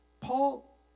Paul